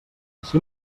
així